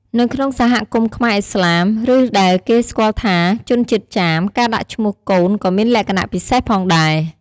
នៅក្នុងសហគមន៍ខ្មែរឥស្លាម ឬដែលគេស្គាល់ថាជនជាតិចាម ការដាក់ឈ្មោះកូនក៏មានលក្ខណៈពិសេសផងដែរ។